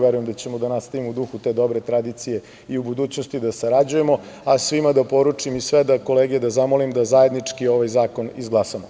Verujem da ćemo da nastavimo u duhu te dobre tradicije i u budućnosti da sarađujemo, a svima da poručim i sve kolege da zamolim da zajednički ovaj zakon izglasamo.